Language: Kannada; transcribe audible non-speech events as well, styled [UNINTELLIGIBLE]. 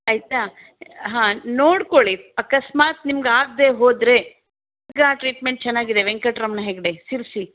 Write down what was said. ಆಯಿತಾ ಹಾಂ ನೋಡ್ಕೊಳ್ಳಿ ಅಕಸ್ಮಾತ್ ನಿಮಗೆ ಆಗದೇ ಹೋದರೆ [UNINTELLIGIBLE] ಟ್ರೀಟ್ಮೆಂಟ್ ಚೆನ್ನಾಗಿದೆ ವೆಂಕಟರಮಣ ಹೆಗ್ಡೆ ಶಿರಸಿ